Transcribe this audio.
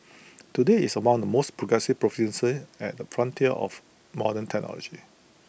today IT is among the most progressive provinces at the frontiers of modern technology